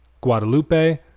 Guadalupe